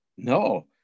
No